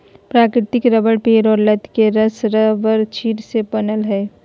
प्राकृतिक रबर पेड़ और लत के रस रबरक्षीर से बनय हइ